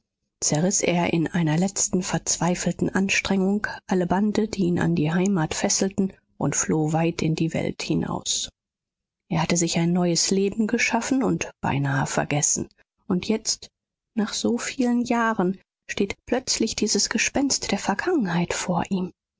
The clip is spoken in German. zerriß er in einer letzten verzweifelten anstrengung alle bande die ihn an die heimat fesselten und floh weit in die welt hinaus er hatte sich ein neues leben geschaffen und beinahe vergessen und jetzt nach so vielen jahren steht plötzlich dieses gespenst der vergangenheit vor ihm